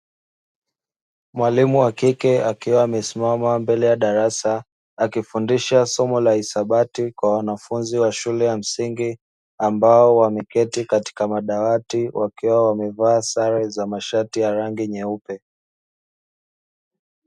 Mwalimu wa kike akiwa amesimama mbele ya darasa. Akifundisha somo la hisabati kwa wanafunzi wa shule ya msingi ambao wakiwa wameketi kwenye madawati, wakiwa wamevaa sare za masharti ya rangi nyeupe.